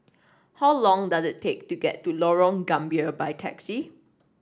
how long does it take to get to Lorong Gambir by taxi